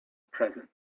present